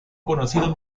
conocido